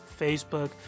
Facebook